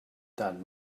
that